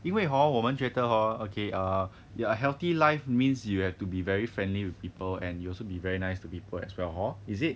因为 hor 我们觉得 hor okay err a healthy life means you have to be very friendly with people and you also be very nice to people as well hor is it